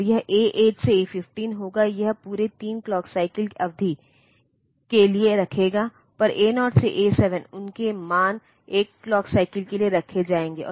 और यह A 8 से A 15 होगा यह पुरे 3 क्लॉक साइकिल अवधि के लिए रखेगा पर A0 से A7 उनके मान एक क्लॉक साइकिल के लिए रखे जाएंगे